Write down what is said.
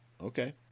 Okay